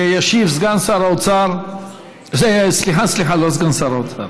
ישיב סגן שר האוצר, סליחה, לא סגן שר האוצר,